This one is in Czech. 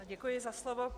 Děkuji za slovo.